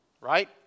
right